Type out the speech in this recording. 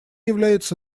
является